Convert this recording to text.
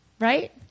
Right